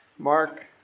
Mark